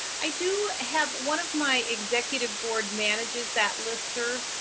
i do have one of my executive board manages that listserv.